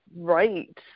right